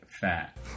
fat